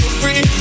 free